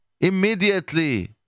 immediately